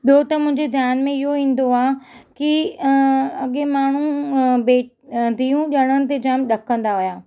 ॿियो त मुंहिंजे ध्यानु में इहो ईंदो आहे की अॻे माण्हू बे धीअरूं ॼणण ते जामु ॾकंदा हुआ